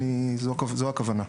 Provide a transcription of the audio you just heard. זו הכוונה.